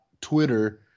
Twitter